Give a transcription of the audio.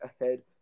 ahead